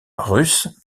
russe